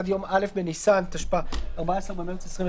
עד יום א' בניסן התשפ"א (14 במרס 2021)